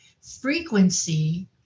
Frequency